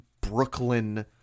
Brooklyn